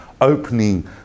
opening